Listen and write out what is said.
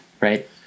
right